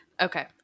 Okay